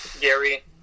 Gary